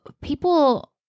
People